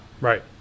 Right